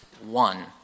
one